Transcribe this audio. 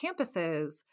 campuses